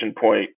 point